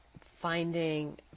finding